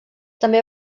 també